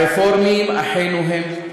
הרפורמים אחינו הם,